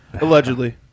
Allegedly